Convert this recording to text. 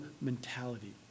mentality